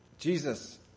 Jesus